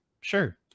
sure